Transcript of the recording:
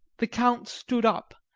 the count stood up,